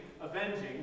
avenging